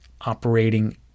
operating